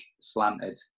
slanted